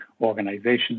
organizations